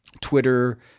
Twitter